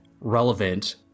relevant